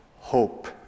hope